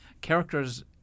characters